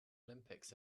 olympics